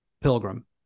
Pilgrim